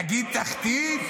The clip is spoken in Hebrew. להגיד תחתית?